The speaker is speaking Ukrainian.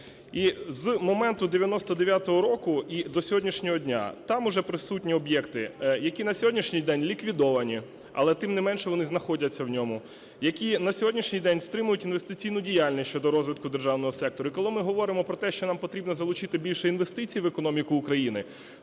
І з моменту 99-го року і до сьогоднішнього дня там уже присутні об'єкти, які на сьогоднішній день ліквідовані, але, тим не менше, вони знаходяться в ньому, які на сьогоднішній день стримують інвестиційну діяльність щодо розвитку державного сектору. І коли ми говоримо про те, що нам потрібно залучити більше інвестицій в економіку України,